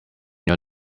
your